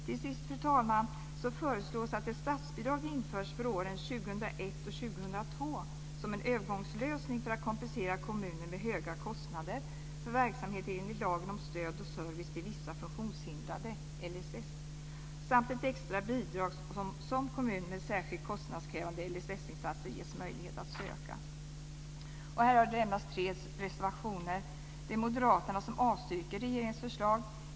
Till sist, fru talman, föreslås att ett statsbidrag införs för åren 2001 och 2002 som en övergångslösning för att kompensera kommuner med höga kostnader för verksamhet enligt lagen om stöd och service till vissa funktionshindrade, LSS, samt ett extra bidrag som kommuner med särskilt kostnadskrävande LSS insatser ges möjlighet att söka. Här finns det endast tre reservationer. Moderaterna avstyrker regeringens förslag.